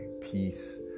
peace